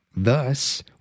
Thus